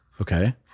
okay